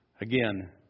Again